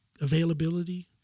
availability